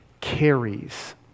carries